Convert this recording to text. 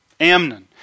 Amnon